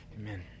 Amen